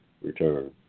return